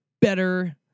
better